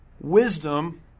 Wisdom